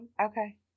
Okay